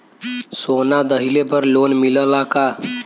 सोना दहिले पर लोन मिलल का?